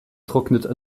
trocknet